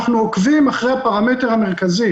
אנחנו עוקבים אחרי הפרמטר המרכזי,